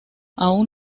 aún